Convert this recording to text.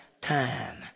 time